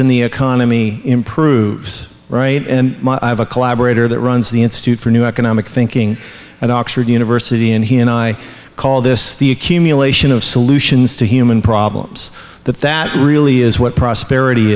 in the economy improves right and i have a collaborator that runs the institute for new economic thinking at oxford university and he and i call this the accumulation of solutions to human problems that that really is what prosperity